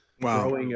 Wow